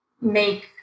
make